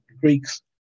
Greeks